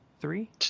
Three